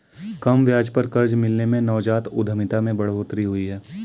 कम ब्याज पर कर्ज मिलने से नवजात उधमिता में बढ़ोतरी हुई है